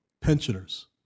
pensioners